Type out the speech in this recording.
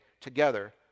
together